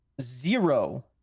zero